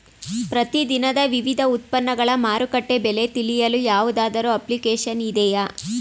ಪ್ರತಿ ದಿನದ ವಿವಿಧ ಉತ್ಪನ್ನಗಳ ಮಾರುಕಟ್ಟೆ ಬೆಲೆ ತಿಳಿಯಲು ಯಾವುದಾದರು ಅಪ್ಲಿಕೇಶನ್ ಇದೆಯೇ?